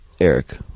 Eric